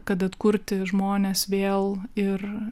kad atkurti žmonės vėl ir